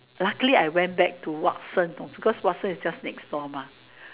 luckily I went back to Watsons because Watsons is just next door Ma